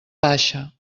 baixa